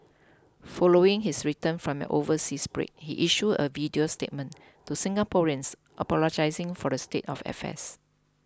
following his return from an overseas break he issued a video statement to Singaporeans apologising for the state of affairs